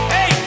Hey